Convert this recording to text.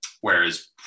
Whereas